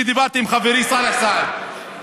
אני דיברתי עם חברי סאלח סעד,